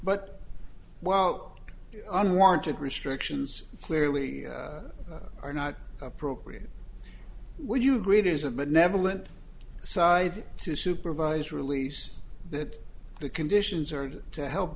but well unwarranted restrictions clearly are not appropriate would you agree it is a benevolent side to supervise release that the conditions are to help